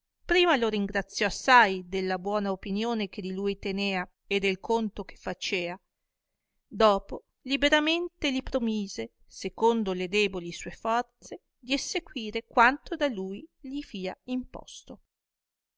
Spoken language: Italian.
prima lo ringraziò assai della buona openione che di lui tenea e del conto che facea dopò liberamente li promise secondo le deboli sue forze di essequire quanto da lui li fia imposto